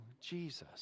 Jesus